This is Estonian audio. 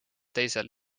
teisel